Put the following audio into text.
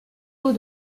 eaux